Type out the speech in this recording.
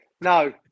no